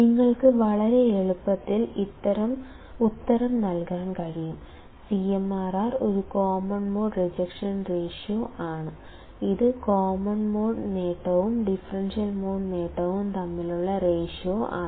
നിങ്ങൾക്ക് വളരെ എളുപ്പത്തിൽ ഉത്തരം നൽകാൻ കഴിയും CMRR ഒരു കോമൺ മോഡ് റിജക്ഷൻ റേഷ്യോ ആണ് ഇത് കോമൺ മോഡ് നേട്ടവും ഡിഫറൻഷ്യൽ മോഡ് നേട്ടവും തമ്മിലുള്ള റേഷ്യോ ആണ്